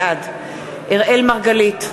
בעד אראל מרגלית,